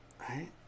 right